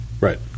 Right